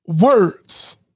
words